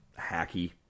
hacky